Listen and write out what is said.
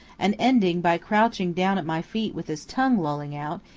and ending by crouching down at my feet with his tongue lolling out,